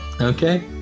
Okay